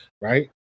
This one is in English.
Right